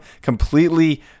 completely